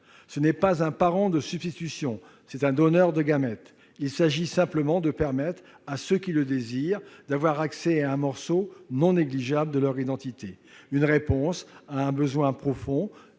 n'est pas un parent de substitution ; il est un donneur de gamètes. Il s'agit simplement de permettre à ceux qui le désirent d'avoir accès à un morceau non négligeable de leur identité, cela répond à un besoin profond